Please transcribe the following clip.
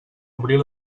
obrir